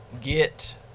get